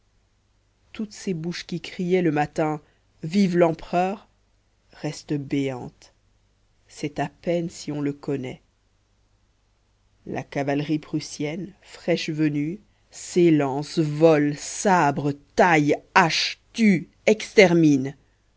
toutes ces bouches qui criaient le matin vive l'empereur restent béantes c'est à peine si on le connaît la cavalerie prussienne fraîche venue s'élance vole sabre taille hache tue extermine